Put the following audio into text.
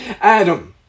Adam